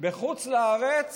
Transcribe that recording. בחוץ לארץ,